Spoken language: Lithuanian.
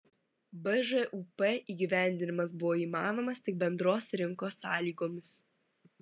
bžūp įgyvendinimas buvo įmanomas tik bendros rinkos sąlygomis